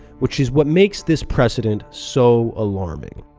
which is what makes this precedent so alarming.